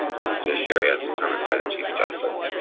or the judiciary as determined by the chief justice.